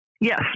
Yes